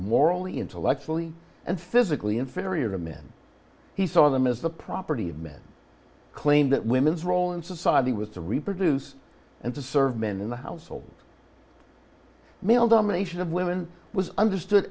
morally intellectually and physically inferior to men he saw them as the property of men claim that women's role in society with the reproduce and to serve men in the household male domination of women was understood